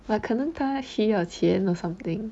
but 可能他需要钱 or something